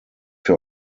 für